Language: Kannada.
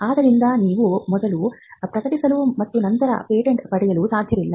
ಆದ್ದರಿಂದ ನೀವು ಮೊದಲು ಪ್ರಕಟಿಸಲು ಮತ್ತು ನಂತರ ಪೇಟೆಂಟ್ ಪಡೆಯಲು ಸಾಧ್ಯವಿಲ್ಲ